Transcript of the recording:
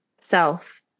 Self